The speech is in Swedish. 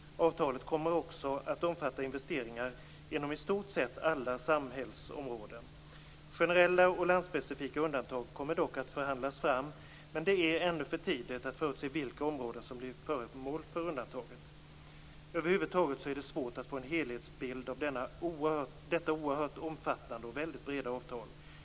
Avtalet kommer också att omfatta investeringar inom i stort sett alla samhällsområden. Generella och landsspecifika undantag kommer dock att förhandlas fram, men det är ännu för tidigt att förutse vilka områden som blir föremål för undantaget. Över huvud taget är det svårt att få en helhetsbild av detta oerhört och väldigt breda avtal.